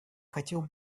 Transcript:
хотел